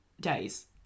days